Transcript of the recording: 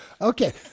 Okay